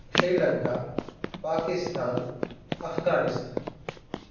Sri Lanka Pakistan Afghanistan